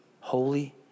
holy